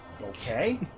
Okay